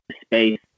space